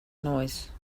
noise